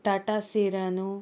Tata सिरानू